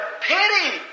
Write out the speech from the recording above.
pity